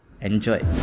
Enjoy